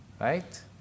Right